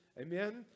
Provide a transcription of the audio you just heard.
Amen